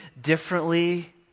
differently